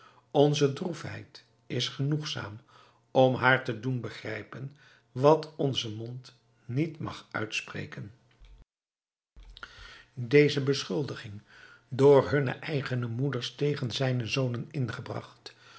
onze droefheid is genoegzaam om haar te doen begrijpen wat onze mond niet mag uitspreken deze beschuldiging door hunne eigene moeders tegen zijne zonen ingebragt